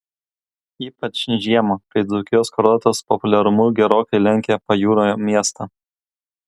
ypač žiemą kai dzūkijos kurortas populiarumu gerokai lenkia pajūrio miestą